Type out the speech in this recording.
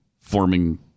forming